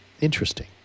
interesting